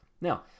Now